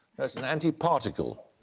no, it's an antiparticle.